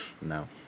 No